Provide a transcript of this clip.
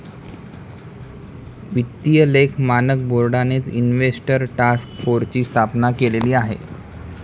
वित्तीय लेख मानक बोर्डानेच इन्व्हेस्टर टास्क फोर्सची स्थापना केलेली आहे